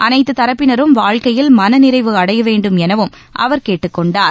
அனைத்துத் தரப்பினரும் வாழ்க்கையில் மனநிறைவு அடைய வேண்டும் எனவும் அவர் கேட்டுக் கொண்டார்